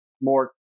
more